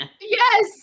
Yes